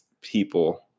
people